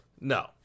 no